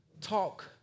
talk